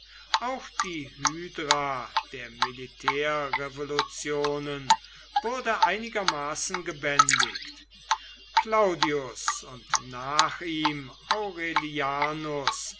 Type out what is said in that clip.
auch die hydra der militärrevolutionen wurde einigermaßen gebändigt claudius und nach ihm aurelianus